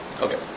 Okay